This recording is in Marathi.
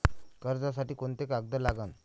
कर्जसाठी कोंते कागद लागन?